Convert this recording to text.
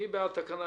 מי בעד?